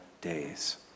days